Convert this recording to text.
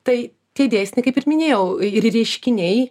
tai tie dėsniai kaip ir minėjau ir reiškiniai